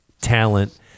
talent